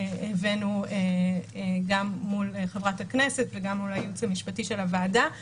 הבאנו גם מול חברת הכנסת וגם מול הייעוץ המשפטי של הוועדה.